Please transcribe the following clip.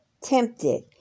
tempted